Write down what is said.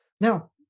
Now